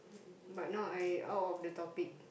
but now I out of the topic